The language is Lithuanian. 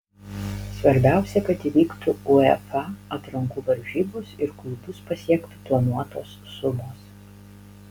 svarbiausia kad įvyktų uefa atrankų varžybos ir klubus pasiektų planuotos sumos